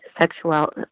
sexual